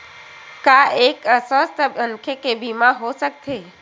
का एक अस्वस्थ मनखे के बीमा हो सकथे?